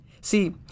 See